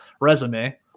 resume